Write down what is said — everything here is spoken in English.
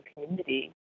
community